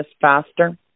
faster